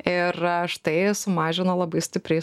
ir štai sumažino labai stipriai